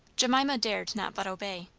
jemima dared not but obey.